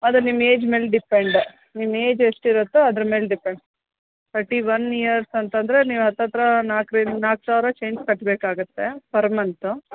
ಅದು ನಿಮ್ಮ ಏಜ್ ಮೇಲೆ ಡಿಪೆಂಡ ನಿಮ್ಮ ಏಜ್ ಎಷ್ಟಿರತ್ತೋ ಅದ್ರ್ಮೇಲೆ ಡಿಪೆಂಡ್ ಥರ್ಟಿ ಒನ್ ಇಯರ್ಸ್ ಅಂತಂದ್ರೆ ನೀವು ಹತ್ರತ್ರ ನಾಲ್ಕರಿಂದ ನಾಲ್ಕು ಸಾವಿರ ಚೇಂಜ್ ಕಟ್ಟಬೇಕಾಗತ್ತೆ ಪರ್ ಮಂತು